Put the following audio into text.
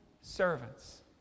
servants